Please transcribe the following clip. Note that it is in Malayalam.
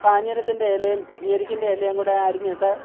കാഞ്ഞിരത്തിന്റെ ഇലയും എരുക്കിന്റെ ഇലയുംകൂടെ അരിഞ്ഞിട്ട്